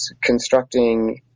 constructing